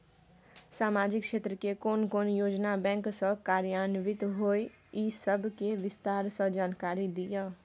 सामाजिक क्षेत्र के कोन कोन योजना बैंक स कार्यान्वित होय इ सब के विस्तार स जानकारी दिय?